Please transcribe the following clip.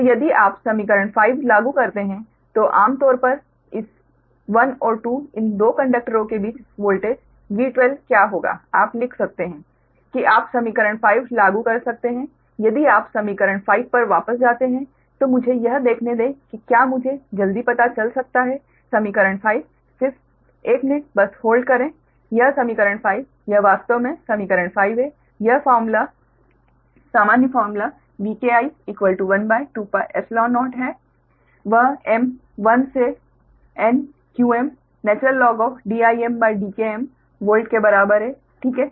तो यदि आप समीकरण 5 लागू करते हैं तो आम तौर पर इस 1 और 2 इन 2 कंडक्टरों के बीच वोल्टेज V12 क्या होगा आप लिख सकते हैं कि आप समीकरण 5 लागू कर सकते हैं यदि आप समीकरण 5 पर वापस जाते हैं तो मुझे यह देखने दें कि क्या मुझे जल्दी पता चल सकता है समीकरण 5 सिर्फ 1 मिनट बस होल्ड करें यह समीकरण 5 यह वास्तव में समीकरण 5 है यह सामान्य फॉर्मूला Vki12πϵ0 है वह m 1 से nqmDimDkm वोल्ट के बराबर है ठीक है